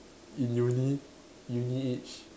in uni uni age